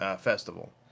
festival